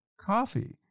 coffee